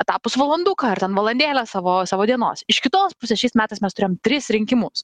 tą pusvalanduką ar ten valandėlę savo savo dienos iš kitos pusės šiais metais mes turėjom tris rinkimus